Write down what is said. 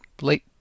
late